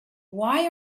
why